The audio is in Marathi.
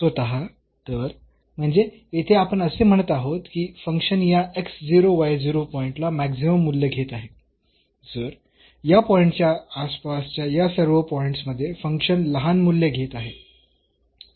तर म्हणजे येथे आपण असे म्हणत आहोत की फंक्शन या पॉईंटला मॅक्सिमम मूल्य घेत आहे जर या पॉईंटच्या आसपासच्या या सर्व पॉईंट्स मध्ये फंक्शन लहान मूल्य घेत आहे